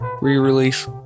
re-release